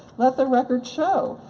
let the record show.